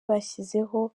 bashyizeho